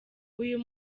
uyu